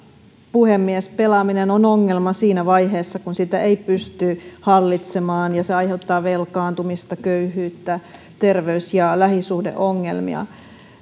puhemies pelaaminen on ongelma siinä vaiheessa kun sitä ei pysty hallitsemaan ja se aiheuttaa velkaantumista köyhyyttä terveys ja lähisuhdeongelmia